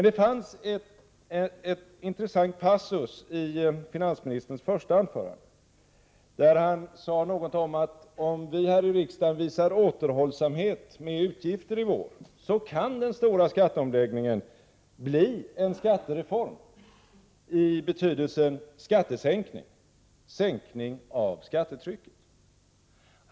Det fanns emellertid en intressant passus i finansministerns första anförande, där han sade något om att om riksdagen visar återhållsamhet med utgifter i vår, kan den stora skatteomläggningen bli en skattereform i betydelsen skattesänkning, sänkning av skattetrycket.